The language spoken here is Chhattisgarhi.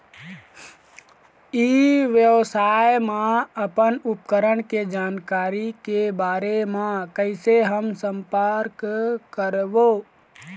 ई व्यवसाय मा अपन उपकरण के जानकारी के बारे मा कैसे हम संपर्क करवो?